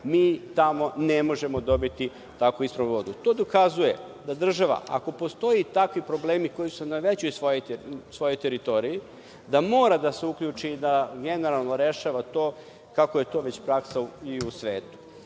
mi tamo ne možemo dobiti ispravnu vodu. To dokazuje da država ako postoje takvi problemi koji su na većoj svojoj teritoriji, da mora da se uključi i da generalno rešava kako je to praksa u svetu. Kada